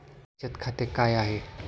बचत खाते काय आहे?